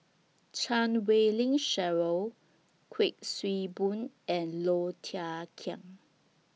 Chan Wei Ling Cheryl Kuik Swee Boon and Low Thia Khiang